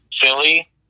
Philly